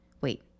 wait